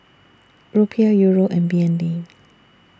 Rupiah Euro and B N D